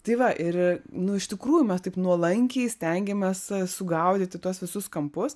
tai va ir nu iš tikrųjų mes taip nuolankiai stengiamės sugaudyti tuos visus kampus